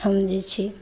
हम जे छी